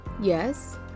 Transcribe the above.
Yes